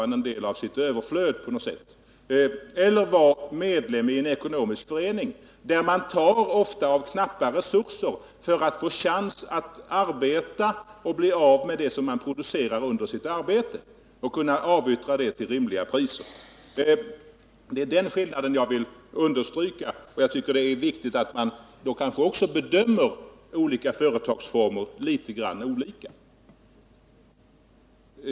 I det förra fallet satsar man på något sätt en del av sitt överflöd, i det senare fallet tar man av ofta knappa resurser för att få en chans att arbeta och bli av med det man producerar under sitt arbete och avyttra det till rimliga priser. Det är den skillnaden jag vill understryka, och jag tycker att det är viktigt att man då också bedömer olika företagsformer olika.